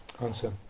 Answer